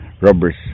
rubbers